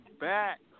back